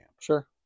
Sure